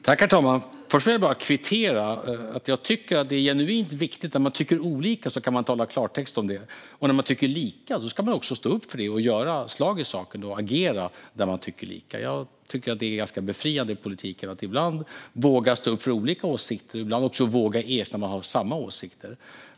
Herr talman! Låt mig först kvittera. Jag tycker att det är genuint viktigt att tala i klartext när man tycker olika och när man tycker lika stå upp för det och göra slag i saken. Jag tycker att det är befriande i politiken att man ibland vågar stå upp för olika åsikter och ibland vågar erkänna att man har samma åsikt.